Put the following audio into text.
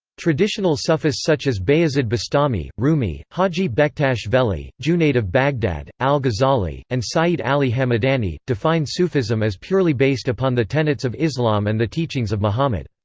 traditional sufis such as bayazid bastami, rumi, haji bektash veli, junayd of baghdad, al-ghazali, and sayyid ali hamadani, define sufism as purely based upon the tenets of islam and the teachings of muhammad.